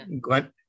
Glenn